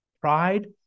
Pride